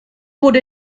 wurde